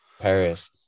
Paris